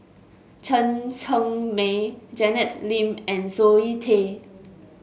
Chen Cheng Mei Janet Lim and Zoe Tay